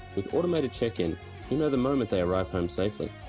with automated check in, you know the moment they arrive home safely.